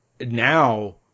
now